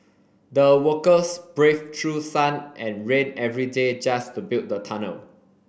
the workers braved through sun and rain every day just to build the tunnel